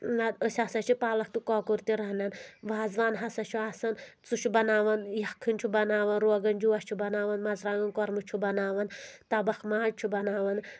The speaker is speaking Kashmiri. أسۍ ہسا چھِ پَلَک تہٕ کۄکُر تہِ رَنان وازوان ہسا چھُ آسان سُہ چھُ بناوان یَخٕنۍ چھُ بَناوزن روگن جوش چھُ بَناوزن مرژٕوانٛگن کۄرمہٕ چھُ بَناوان تَبکھ ماز چھُ بناوان